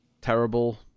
terrible